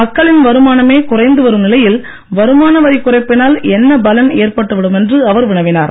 மக்களின் வருமானமே குறைந்து வரும் நிலையில் வருமான வரிக் குறைப்பினால் என்ன பலன் ஏற்பட்டுவிடும் என்று அவர் வினவினார்